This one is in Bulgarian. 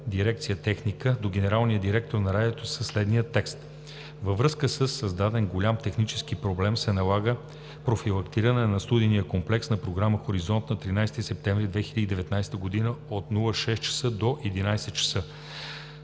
дирекция „Техника“ до генералния директор на Радиото със следния текст: „Във връзка със създаден голям технически проблем се налага профилактиране на студийния комплекс на програма „Хоризонт“ на 13 септември 2019 г. от 06,00 до 11,00